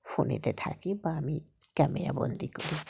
ফোনেতে থাকি বা আমি ক্যামেরাবন্দি করি